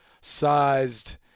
sized